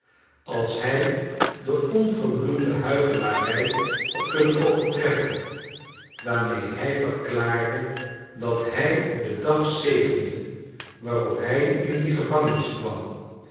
als hij de onverbloemde huichelarij had kunnen overtreffen waarmee hij verklaarde dat hij den dag zegende waarop hij in die gevangenis kwam